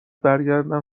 برگردم